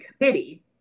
committee